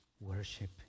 worship